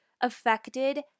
affected